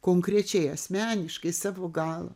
konkrečiai asmeniškai savo galva